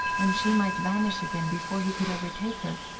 and she might vanish again before he could overtake her.